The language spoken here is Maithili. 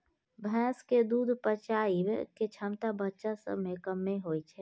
भैंस के दूध पचाबइ के क्षमता बच्चा सब में कम्मे होइ छइ